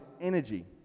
energy